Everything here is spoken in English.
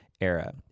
Era